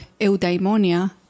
eudaimonia